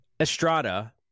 Estrada